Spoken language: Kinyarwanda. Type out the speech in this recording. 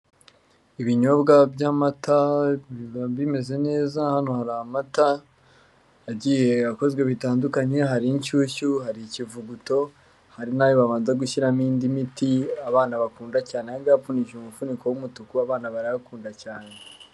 Ibinyobwa by'amata biba bimeze neza, hano hari amata agiye akozwe bitandukanye, hari inshyushyu, hari ikivuguto, hari n'ayo babanza gushyiramo indi miti, abana bakunda cyane, aya ngaya apfundikije umufuniko w'umutuku, abana barayakunda cyane.